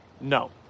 No